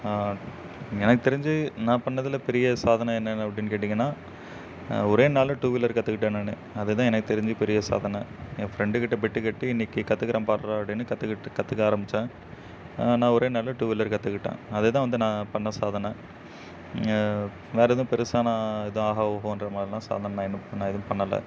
எனக்குத் தெரிஞ்சு நான் பண்ணதுல பெரிய சாதனை என்ன அப்படின்னு கேட்டீங்கன்னா ஒரே நாளில் டூ வீலர் கற்றுக்கிட்டேன் நான் அது தான் எனக்குத் தெரிஞ்சு பெரிய சாதனை ஏன் ஃப்ரெண்டுக்கிட்ட பெட்டு கட்டி இன்னைக்கு கற்றுக்கிறேன் பார்றா அப்படின்னு கற்றுக்கிட்டு கற்றுக்க ஆரம்பிச்சேன் நான் ஒரே நாளில் டூ வீலர் கற்றுக்கிட்டேன் அது தான் வந்து நான் பண்ண சாதனை வேறு எதுவும் பெருசாக நான் எதுவும் ஆஹா ஓஹோன்ற மாதிரிலாம் சாதனை நான் இன்னும் நான் எதுவும் பண்ணல